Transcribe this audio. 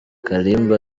kalimba